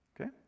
okay